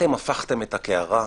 אתם הפכתם את הקערה.